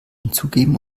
hinzugeben